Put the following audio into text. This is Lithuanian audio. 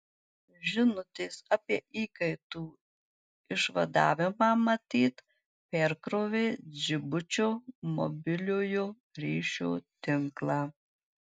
žinutės apie įkaitų išvadavimą matyt perkrovė džibučio mobiliojo ryšio tinklą